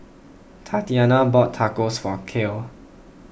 Tatyana bought Tacos for Cale